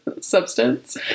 substance